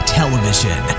television